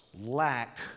lack